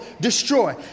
destroy